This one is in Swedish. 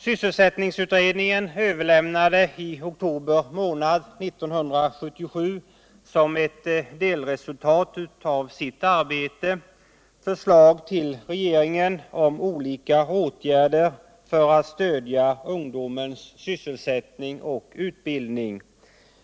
Sysselsättningsutredningen överlämnade i oktober månad 1977 som ett delresultat av sitt arbete förslag till regeringen om olika åtgärder för att stödja ungdomens sysselsättning och utbildning.